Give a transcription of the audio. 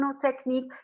technique